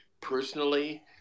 personally